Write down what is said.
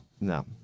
No